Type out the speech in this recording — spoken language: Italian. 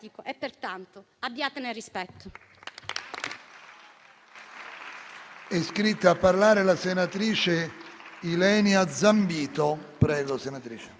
e pertanto abbiatene rispetto.